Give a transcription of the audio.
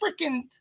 freaking